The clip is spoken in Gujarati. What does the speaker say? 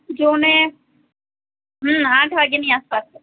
જુઓ ને હંમ આઠ વાગ્યાની આસપાસ